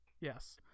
Yes